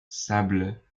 sable